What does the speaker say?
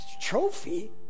Trophy